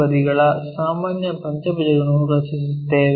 ಬದಿಗಳ ಸಾಮಾನ್ಯ ಪಂಚಭುಜವನ್ನು ರಚಿಸುತ್ತೇವೆ